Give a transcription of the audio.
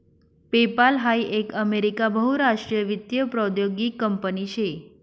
PayPal हाई एक America बहुराष्ट्रीय वित्तीय प्रौद्योगीक कंपनी शे